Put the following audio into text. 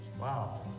Wow